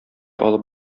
алып